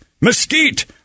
mesquite